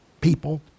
people